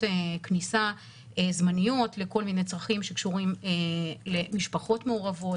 כניסה זמניות לכל מיני צרכים שקשורים למשפחות מעורבות,